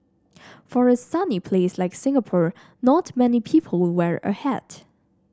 for a sunny place like Singapore not many people wear a hat